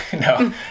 no